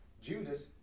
Judas